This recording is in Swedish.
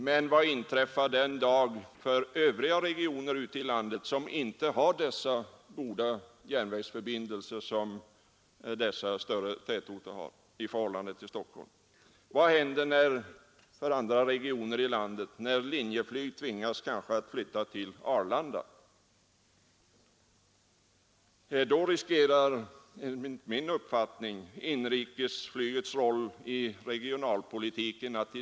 Men vad händer i övriga regioner i landet, om Linjeflyg tvingas flytta till exempelvis Arlanda? Då riskerar enligt min uppfattning inrikesflyget att helt förlora sin roll i regionalpolitiken.